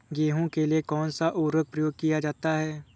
गेहूँ के लिए कौनसा उर्वरक प्रयोग किया जाता है?